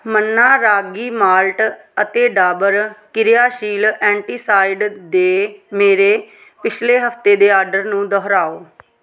ਮੰਨਾ ragi malt ਅਤੇ ਡਾਬਰ ਕਿਰਿਆਸ਼ੀਲ antacid ਦੇ ਮੇਰੇ ਪਿਛਲੇ ਹਫ਼ਤੇ ਦੇ ਆਡਰ ਨੂੰ ਦੁਹਰਾਓ